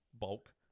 Bulk